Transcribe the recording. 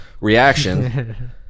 reaction